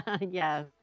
yes